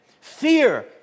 Fear